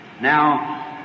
Now